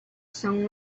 sun